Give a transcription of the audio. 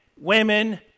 women